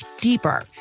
deeper